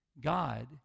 God